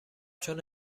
چون